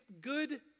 good